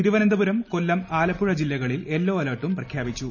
തിരുവന്തപുരം കൊല്ലം ആലപ്പുഴ ജില്ലകളിൽ യെല്ലോ അലർട്ടും പ്രഖ്യാപിച്ചു